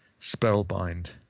spellbind